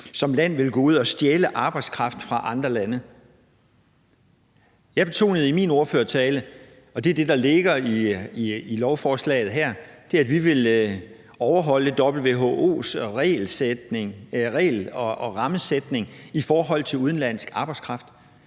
som land vil gå ud at stjæle arbejdskraft fra andre lande. Jeg betonede i min ordførertale, og det er det, der ligger i lovforslaget her, at vi vil overholde WHO's regel- og rammesætning i forhold til udenlandsk arbejdskraft.